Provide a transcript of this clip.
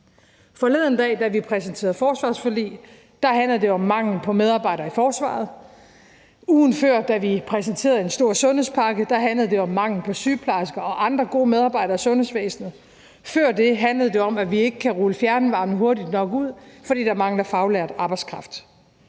Forleden dag, da vi præsenterede forsvarsforlig, handlede det om manglen på medarbejdere i forsvaret. Ugen før, da vi præsenterede en stor sundhedspakke, handlede det om mangel på sygeplejersker og andre gode medarbejdere i sundhedsvæsenet. Før det handlede det om, at vi ikke kan rulle fjernvarmen hurtigt nok ud, fordi der mangler faglært arbejdskraft.